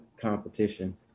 competition